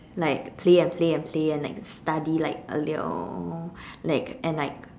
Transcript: like play and play and play and like study like a little like and like